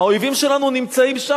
הורידו ארגזים,